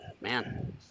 man